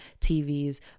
tvs